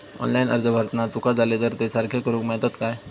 Online अर्ज भरताना चुका जाले तर ते सारके करुक मेळतत काय?